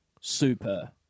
super